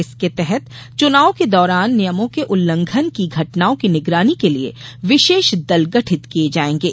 इसके तहत चुनाव के दौरान नियमों के उल्लंघन की घटनाओं की निगरानी के लिए विशेष दल गठित किए जाएंगे